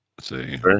see